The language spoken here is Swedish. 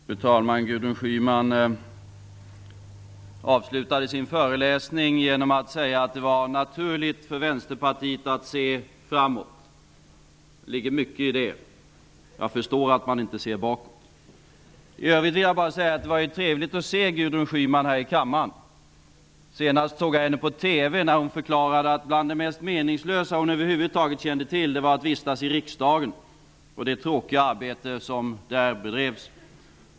Fru talman! Gudrun Schyman avslutade sin föreläsning genom att säga att det är naturligt för Vänsterpartiet att se framåt. Det ligger mycket i det. Jag förstår att man inte ser bakåt. I övrigt vill jag bara säga att det var trevligt att se Gudrun Schyman här i kammaren. Senast såg jag henne på TV när hon förklarade att bland det mest meningslösa hon över huvud taget kände till var att vistas i riksdagen med det tråkiga arbete som där bedrivs.